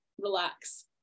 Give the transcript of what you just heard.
relax